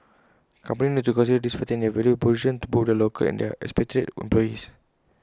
companies need to consider these factors in their value proposition to both their local and their expatriate employees